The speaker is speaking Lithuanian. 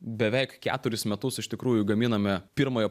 beveik keturis metus iš tikrųjų gaminome pirmąją